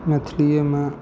मैथिलीयेमे